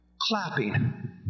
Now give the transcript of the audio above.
clapping